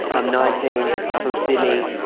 i'm nineteen, i'm from sydney,